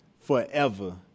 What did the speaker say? forever